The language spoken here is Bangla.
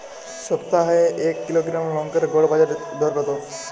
সপ্তাহে এক কিলোগ্রাম লঙ্কার গড় বাজার দর কতো?